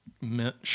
mint